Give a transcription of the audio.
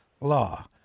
law